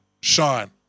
shine